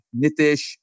nitish